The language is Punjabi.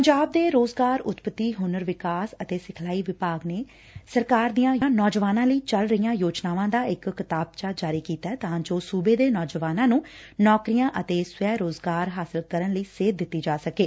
ਪੰਜਾਬ ਦੇ ਰੋਜ਼ਗਾਰ ਉਤਪਤੀ ਹੁਨਰ ਵਿਕਾਸ ਅਤੇ ਸਿਖਲਾਈ ਵਿਭਾਗ ਨੇ ਸਰਕਾਰ ਦੀਆਂ ਨੌਜਵਾਨਾਂ ਲਈ ਚੱਲ ਰਹੀਆਂ ਯੋਜਨਾਵਾਂ ਦਾ ਇਕ ਕਿਤਾਬਚਾ ਜਾਰੀ ਕੀਤਾ ਤਾਂ ਜੋ ਸੁਬੇ ਦੇ ਨੌਜਵਾਨਾਂ ਨੂੰ ਨੌਕਰੀਆਂ ਅਤੇ ਸਵੈ ਰੋਜ਼ਗਾਰ ਹਾਸਲ ਕਰਨ ਲਈ ਸੇਧ ਦਿੱਤੀ ਜਾ ਸਕੇ